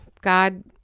God